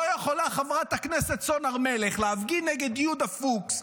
לא יכולה חברת הכנסת סון הר מלך להפגין נגד יהודה פוקס,